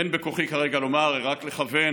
אין בכוחי כרגע לומר, רק לכוון